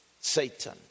Satan